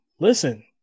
Listen